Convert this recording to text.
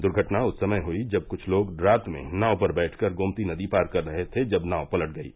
दुर्घटना उस समय हुयी जब कुछ लोग रात में नाव पर बैठकर गोमती नदी पार कर रहे थे जब नाव पलट गयी